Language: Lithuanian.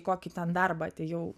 kokį ten darbą atėjau